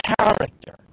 character